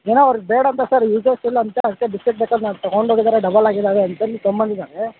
ಏನೋ ಅವ್ರಿಗೆ ಬೇಡ ಅಂತ ಸರ್ ಯೂಸಸ್ ಇಲ್ಲ ಅಂತೆ ಅದಕ್ಕೆ ಬಿಸ್ಕಿಟ್ ಪ್ಯಾಕೆಟ್ನ ತಗೊಂಡು ಹೋಗಿದಾರೆ ಡಬಲ್ ಆಗಿದಾವೆ ಅಂತೇಳಿ ತಗೊಂಬಂದಿದ್ದಾರೆ